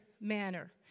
manner